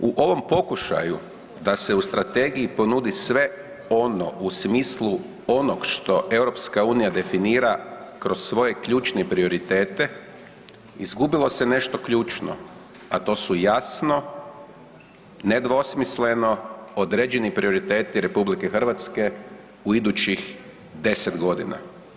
U ovom pokušaju da se u strategiji ponudi sve ono u smislu onog što EU definira kroz svoje ključne prioritete izgubilo se nešto ključno, a to su jasno, nedvosmisleno određeni prioriteti RH u idućih 10 godina.